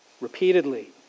repeatedly